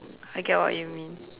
I get what you mean